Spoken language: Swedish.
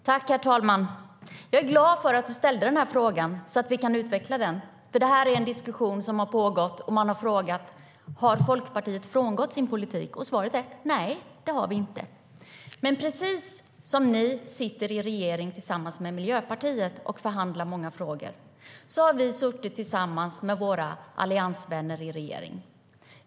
Herr talman! Jag är glad att du ställde frågan, Teresa Carvalho, så att vi kan utveckla det. Det här är nämligen en diskussion som har pågått, och man har frågat om Folkpartiet har frångått sin politik. Svaret är: Nej, det har vi inte. Men precis som ni sitter i en regering tillsammans med Miljöpartiet och förhandlar om många frågor har vi suttit tillsammans med våra alliansvänner i regering.